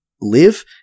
live